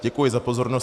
Děkuji za pozornost.